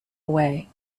away